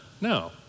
no